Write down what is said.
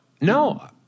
no